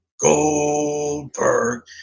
Goldberg